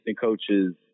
coaches